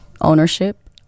ownership